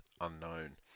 Unknown